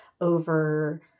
over